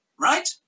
Right